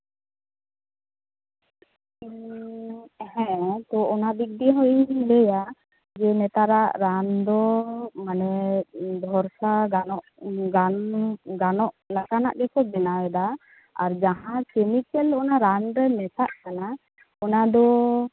ᱦᱮᱸ ᱛᱚ ᱚᱱᱟ ᱫᱤᱠ ᱫᱤᱭᱮ ᱦᱚᱸ ᱤᱧᱤᱧ ᱞᱟᱹᱭᱟ ᱡᱮ ᱱᱮᱛᱟᱨᱟᱜ ᱨᱟᱱ ᱫᱚ ᱢᱟᱱᱮ ᱵᱷᱚᱨᱥᱟ ᱜᱟᱱᱚᱜ ᱜᱟᱱᱚᱜ ᱞᱮᱠᱟᱱᱟᱜ ᱜᱮᱠᱚ ᱵᱮᱱᱟᱣᱮᱫᱟ ᱟᱨ ᱡᱟᱦᱟᱸ ᱠᱮᱢᱤᱠᱮᱞ ᱚᱱᱟ ᱨᱟᱱᱨᱮ ᱢᱮᱥᱟᱜ ᱠᱟᱱᱟ ᱚᱱᱟᱫᱚ